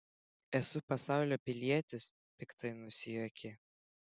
esu pasaulio pilietis piktai nusijuokė